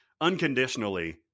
unconditionally